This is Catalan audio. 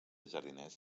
jardiners